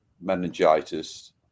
meningitis